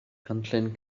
cynllun